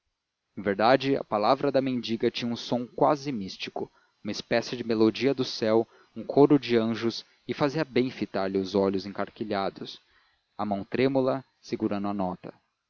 verdade a palavra da mendiga tinha um som quase místico uma espécie de melodia do céu um coro de anjos e fazia bem fitar lhe os olhos encarquilhados a mão trêmula segurando a nota